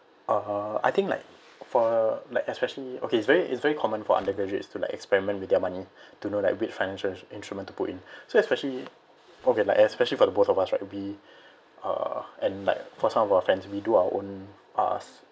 uh I think like for uh like especially okay it's very it's very common for undergraduates to like experiment with their money to know like which financial instrument to put in so especially okay like especially for the both of us right we uh and like for some of our friends we do our own uh